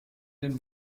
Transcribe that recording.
den